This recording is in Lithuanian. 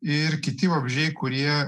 ir kiti vabzdžiai kurie